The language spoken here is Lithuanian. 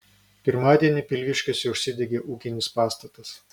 pirmadienį pilviškiuose užsidegė ūkinis pastatas